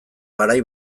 garai